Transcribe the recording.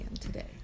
today